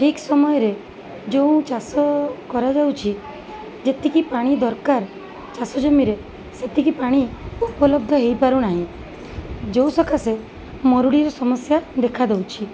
ଠିକ୍ ସମୟରେ ଯେଉଁ ଚାଷ କରାଯାଉଛି ଯେତିକି ପାଣି ଦରକାର ଚାଷଜମିରେ ସେତିକି ପାଣି ଉପଲବ୍ଧ ହେଇପାରୁ ନାହିଁ ଯେଉଁ ସକାଶେ ମରୁଡ଼ିର ସମସ୍ୟା ଦେଖାଦଉଛି